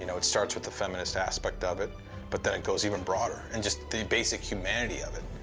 you know it starts with the feminist aspect of it, but then it goes even broader, and just the basic humanity of it,